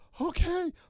okay